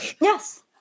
Yes